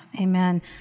Amen